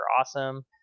awesome